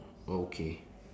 okay